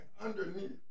underneath